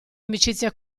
amicizia